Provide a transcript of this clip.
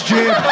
gym